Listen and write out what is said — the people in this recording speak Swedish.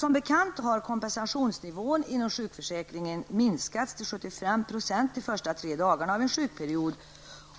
Som bekant har kompensationsnivån inom sjukförsäkringen sänkts till 75 % de första tre dagarna av en sjukperiod